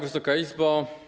Wysoka Izbo!